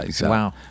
Wow